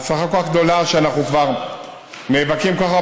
ההצלחה הגדולה היא שאנחנו כבר נאבקים כל כך כבר